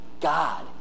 God